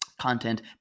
Content